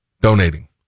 donating